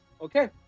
Okay